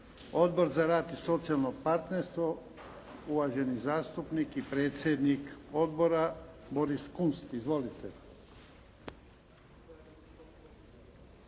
Odbor za rad i socijalno partnerstvo? Uvaženi zastupnik i predsjednik odbora Boris Kunst. Izvolite.